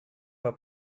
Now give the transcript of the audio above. war